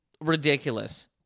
ridiculous